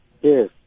Yes